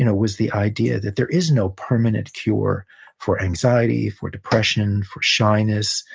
you know was the idea that there is no permanent cure for anxiety, for depression, for shyness,